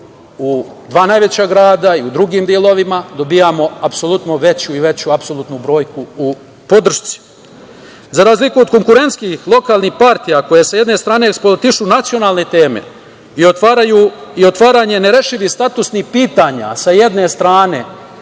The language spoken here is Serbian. u dva najveća grada i u drugim delovima dobijamo apsolutno veću i veću apsolutnu brojku u podršci.Za razliku od konkurentskih lokalnih partija koje sa jedne strane eksploatišu nacionalne teme i otvaranje nerešenih statusnih pitanja, sa jedne strane,